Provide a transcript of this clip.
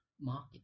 market